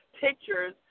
pictures